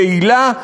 יעילה,